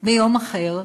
ביום אחר,